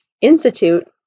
institute